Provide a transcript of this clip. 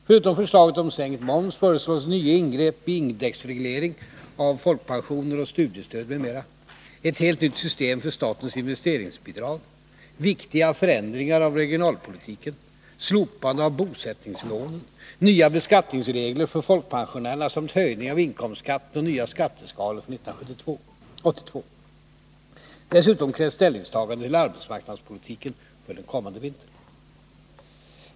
Förutom förslaget om sänkt moms gäller det nya ingrepp i indexregleringen av folkpensioner och studiestöd, ett helt nytt system för statens investeringsbidrag, viktiga förändringar av regionalpolitiken, slopande av bosättningslånen, nya beskattningsregler för folkpensionärerna samt höjning av inkomstskatten och nya skatteskalor för 1982. Dessutom krävs ställningstagande till arbetsmarknadspolitiken för den kommande vintern.